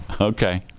Okay